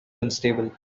unstable